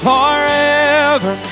Forever